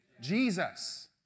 Jesus